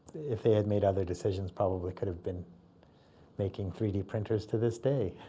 if they had made other decisions probably could have been making three d printers to this day.